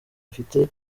afite